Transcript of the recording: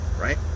right